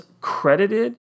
credited